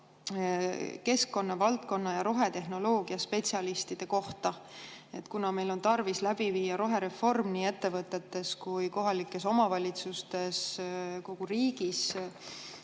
keskkonna valdkonna ja rohetehnoloogia spetsialistide kohta. Kuna meil on tarvis läbi viia rohereform nii ettevõtetes ja kohalikes omavalitsustes kui ka kogu riigis,